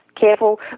careful